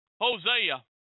Hosea